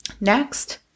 Next